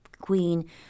queen